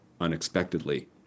unexpectedly